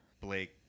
Blake